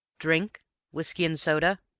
drink whiskey and soda?